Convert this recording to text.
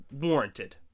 warranted